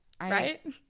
Right